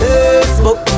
Facebook